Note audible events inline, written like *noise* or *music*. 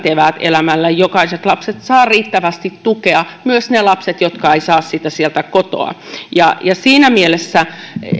*unintelligible* eväät elämälle ja jokainen lapsi saa riittävästi tukea myös ne lapset jotka eivät saa sitä sieltä kotoa siinä mielessä